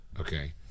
Okay